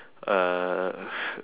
uh